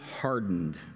hardened